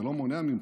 זה לא מונע ממך,